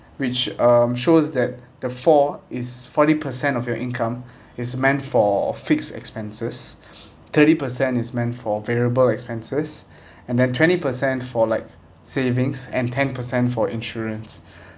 which um shows that the four is forty per cent of your income is meant for fixed expenses thirty per cent is meant for variable expenses and then twenty per cent for like savings and ten per cent for insurance